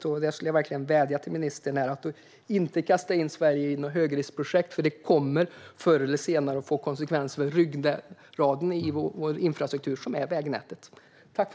Jag vill verkligen vädja till ministern att inte kasta in Sverige i något högriskprojekt. Förr eller senare kommer det att få konsekvenser för den ryggrad i vår infrastruktur som vägnätet utgör.